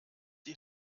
die